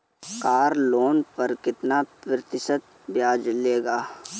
Car loan पर कितना प्रतिशत ब्याज लगेगा?